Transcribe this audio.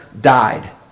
died